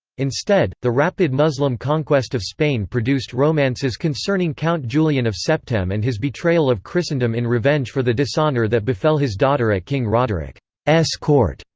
instead, the rapid muslim conquest of spain produced romances concerning count julian of septem and his betrayal of christendom in revenge for the dishonor that befell his daughter at king roderick's court.